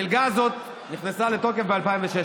המלגה הזאת נכנסה לתוקף ב-2016.